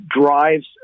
drives